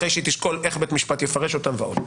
אחרי שהיא תשקול איך בית משפט יפרש אותם ועוד.